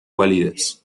validez